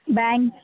bank